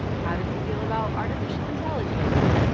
how does he feel about artificial intelligence?